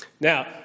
Now